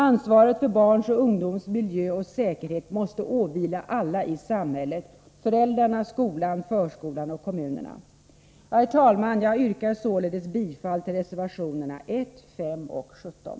Ansvaret för barns och ungdomars miljö och säkerhet måste åvila alla i samhället: föräldrarna, skolan, förskolan och kommunerna. Herr talman! Jag yrkar således bifall till reservationerna 1, 5 och 17.